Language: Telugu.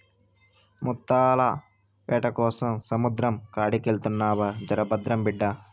ముత్తాల వేటకోసం సముద్రం కాడికెళ్తున్నావు జర భద్రం బిడ్డా